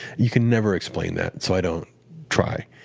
you can never explain that, and so i don't try.